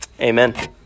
amen